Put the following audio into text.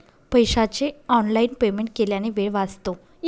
पैशाचे online payment केल्याने वेळ वाचतो